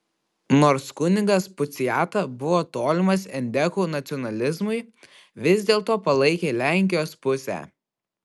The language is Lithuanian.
nors kunigas puciata buvo tolimas endekų nacionalizmui vis dėlto palaikė lenkijos pusę